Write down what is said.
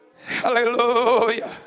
Hallelujah